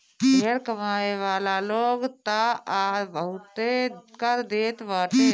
ढेर कमाए वाला लोग तअ बहुते कर देत बाटे